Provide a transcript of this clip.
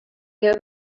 your